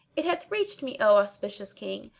it hath reached me, o auspicious king,